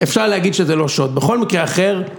אפשר להגיד שזה לא שוד, בכל מקרה אחר.